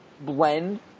blend